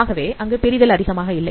ஆகவே அங்கே பிரிதல் அதிகமில்லை